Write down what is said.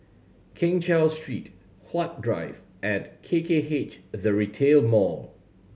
Keng Cheow Street Huat Drive and K K H The Retail Mall